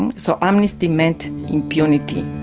and so amnesty meant impunity.